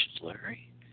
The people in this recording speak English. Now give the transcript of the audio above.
Larry